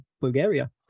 Bulgaria